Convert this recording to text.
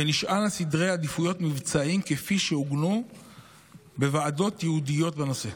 ונשען על סדרי עדיפויות מבצעיים שעוגנו בוועדות ייעודיות בנושא.